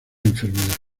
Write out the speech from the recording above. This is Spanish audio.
enfermedad